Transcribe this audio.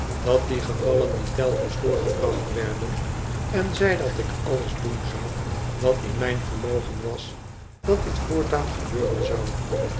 dat die gevallen niet telkens voorgebracht werden en zei dat ik alles doen zou wat in mijn vermogen was dat dit voortaan gebeuren zou